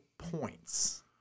Points